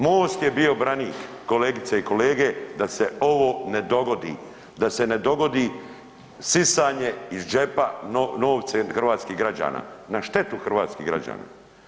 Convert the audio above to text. Most je bio branik kolegice i kolege da se ovo ne dogodi, da se ne dogodi sisanje iz džepa novce hrvatskih građana na štetu hrvatskih građana.